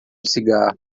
cigarro